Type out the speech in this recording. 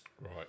right